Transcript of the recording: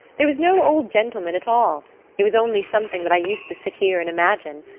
there was no old gentleman at all it was only something that i used to sit here and imagine,